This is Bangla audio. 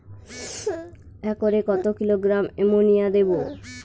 একরে কত কিলোগ্রাম এমোনিয়া দেবো?